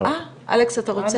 אלכס, אתה רוצה?